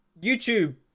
YouTube